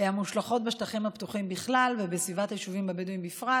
המושלכות בשטחים הפתוחים בכלל ובסביבת היישובים הבדואיים בפרט.